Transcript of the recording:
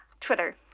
Twitter